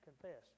confess